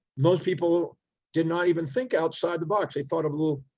most people did not even think outside the box. they thought of a little,